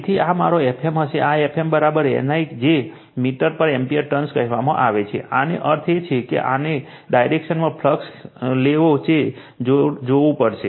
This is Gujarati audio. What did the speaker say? તેથી આ મારો Fm હશે આ Fm N I કે જેને મીટર પર એમ્પીયર ટર્ન્સ કહેવામાં આવે છે આનો અર્થ એ છે કે કોની ડાયરેક્શનમાં ફ્લક્સ લેવો છે તે જોવું પડશે